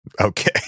Okay